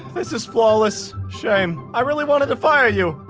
this is flawless. shame. i really wanted to fire you.